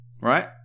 Right